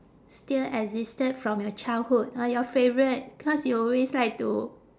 still existed from your childhood ah your favourite cause you always like to